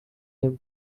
him